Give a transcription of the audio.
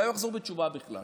אולי הוא יחזור בתשובה בכלל.